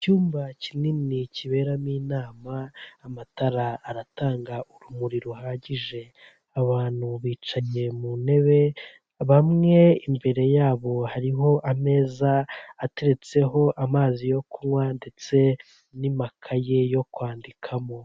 Icyumba kinini kiberamo inama amatara aratanga urumuri ruhagije, abantu bicaye mu ntebe bamwe imbere yabo hariho ameza ateretseho amazi yo kunywa ndetse n'amakaye yo kwandikamo.